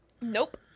nope